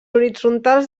horitzontals